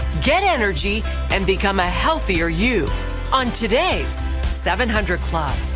get energy and become a healthier you on today's seven hundred club.